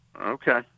Okay